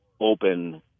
open